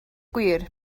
gwir